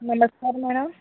नमस्कार मॅडम